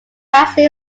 krasny